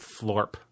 florp